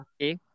okay